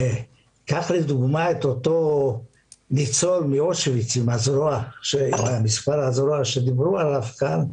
קח לדוגמה את אותו ניצול מאושוויץ עם מספר על הזרוע שדיברו עליו כאן.